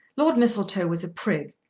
lord mistletoe was a prig,